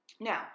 Now